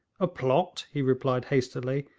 a plot he replied hastily,